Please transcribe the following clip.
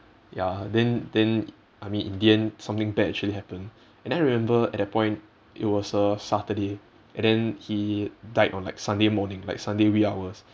ya then then I mean in the end something bad actually happen and I remember at that point it was a saturday and then he died on like sunday morning like sunday wee hours